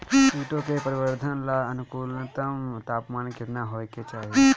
कीटो के परिवरर्धन ला अनुकूलतम तापमान केतना होए के चाही?